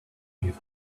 his